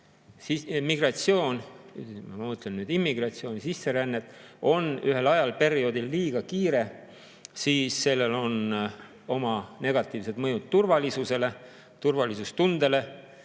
Kui migratsioon – ma mõtlen immigratsiooni, sisserännet – on ühel perioodil liiga kiire, siis sellel on oma negatiivne mõju turvalisusele ja turvalisustundele.